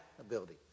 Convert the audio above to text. ability